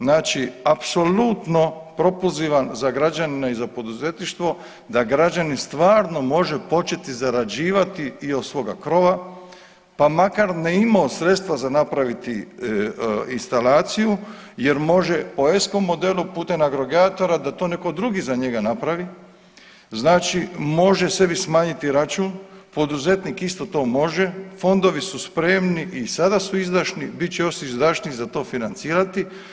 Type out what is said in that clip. Znači apsolutno propulzivan za građane i za poduzetništvo da građani stvarno može početi zarađivati i od svoga krova, pa makar ne imao sredstva za napraviti instalaciju, jer može, po ESCO modelu putem agregatora da to netko drugi za njega napravi, znači može sebi smanjiti račun, poduzetnik isto to može, fondovi su spremni i sada su izdašni, bit će još izdašniji za to financirati.